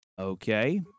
Okay